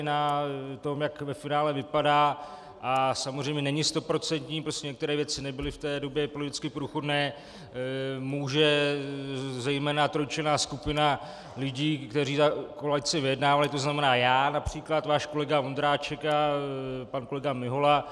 Za to, jak ve finále vypadá, samozřejmě není stoprocentní, prostě některé věci nebyly v té době politicky průchodné, může zejména trojčlenná skupina lidí, kteří za koalici vyjednávali, tzn. já, například, váš kolega Vondráček a pan kolega Mihola.